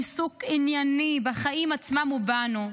עיסוק ענייני בחיים עצמם ובנו.